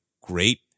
great